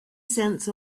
cents